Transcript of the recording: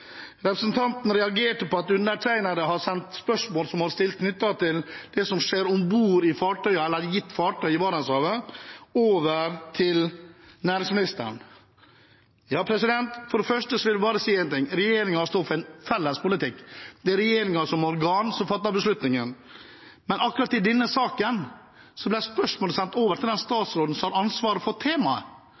representanten Cecilie Myrseth. Representanten reagerte på at undertegnede har sendt spørsmål som hun har stilt knyttet til det som skjer om bord i et gitt fartøy i Barentshavet, over til næringsministeren. For det første vil jeg bare si én ting. Regjeringen står for en felles politikk. Det er regjeringen som organ som fatter beslutningene. Men akkurat i denne saken ble spørsmålet sendt over til den statsråden som har ansvaret for temaet.